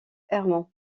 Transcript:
herman